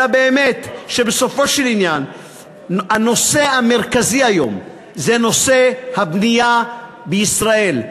אלא באמת בסופו של עניין הנושא המרכזי היום זה נושא הבנייה בישראל.